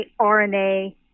RNA